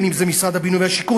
אם משרד הבינוי והשיכון,